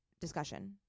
discussion